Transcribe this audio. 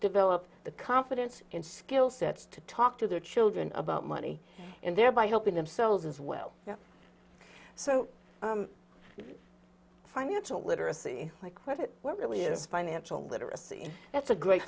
develop the confidence and skill sets to talk to their children about money and thereby helping themselves as well so financial literacy like what it really is financial literacy that's a great